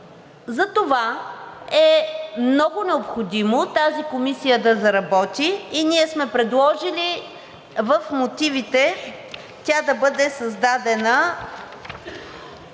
Затова е много необходимо тази комисия да заработи и ние сме предложили в мотивите тя да бъде създадена